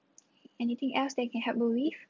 anything else that I can help you with